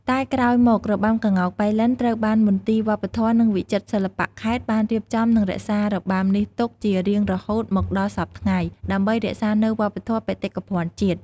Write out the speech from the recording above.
តែក្រោយមករបាំក្ងោកប៉ៃលិន ត្រូវបានមន្ទីរវប្បធម៌ និងវិចិត្រសិល្បៈខេត្តបានរៀបចំនិងរក្សារបាំនេះទុកជារៀងរហូតមកដល់សព្វថ្ងៃ ដើម្បីរក្សានូវវប្បធម៌បេតិកភណ្ឌជាតិ។